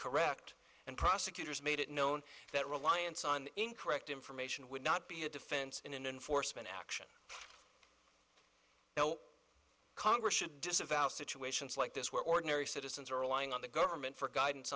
correct and prosecutors made it known that reliance on incorrect information would not be a defense in an enforcement action no congress should disavow situations like this where ordinary citizens are relying on the government for guidance